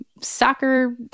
soccer